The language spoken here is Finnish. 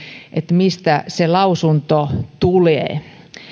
mistä se lausunto tulee